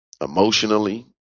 emotionally